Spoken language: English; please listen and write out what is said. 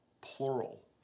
plural